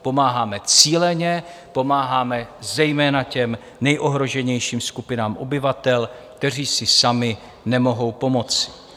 Pomáháme cíleně, pomáháme zejména těm nejohroženějším skupinám obyvatel, kteří si sami nemohou pomoct.